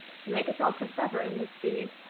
to make us all persevere in this deed.